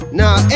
now